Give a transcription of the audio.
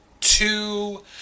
two